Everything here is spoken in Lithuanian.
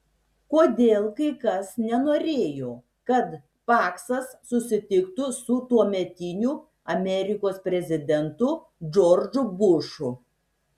kodėl kai kas nenorėjo kad paksas susitiktų su tuometiniu amerikos prezidentu džordžu bušu